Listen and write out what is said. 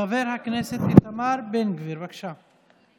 חבר הכנסת איתמר בן גביר, בבקשה.